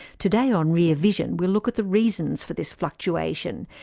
today on rear vision we'll look at the reasons for this fluctuation,